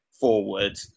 forward